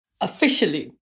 officially